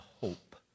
hope